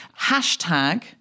Hashtag